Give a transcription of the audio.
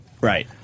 Right